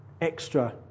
extra